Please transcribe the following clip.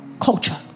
Culture